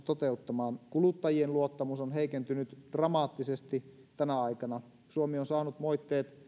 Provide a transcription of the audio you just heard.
toteuttamaan kuluttajien luottamus on heikentynyt dramaattisesti tänä aikana suomi on saanut moitteet